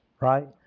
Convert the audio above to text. Right